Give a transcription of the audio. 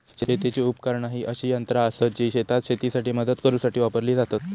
शेतीची उपकरणा ही अशी यंत्रा आसत जी शेतात शेतीसाठी मदत करूसाठी वापरली जातत